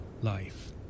life